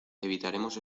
evitaremos